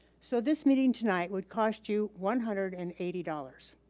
so this meeting tonight would cost you one hundred and eighty dollars.